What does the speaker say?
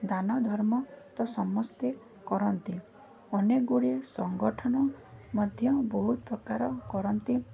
ଦାନ ଧର୍ମ ତ ସମସ୍ତେ କରନ୍ତି ଅନେକଗୁଡ଼ିଏ ସଂଗଠନ ମଧ୍ୟ ବହୁତ ପ୍ରକାର କରନ୍ତି